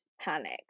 panic